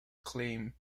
claim